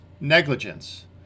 negligence